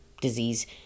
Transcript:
disease